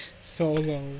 solo